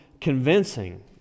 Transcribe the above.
convincing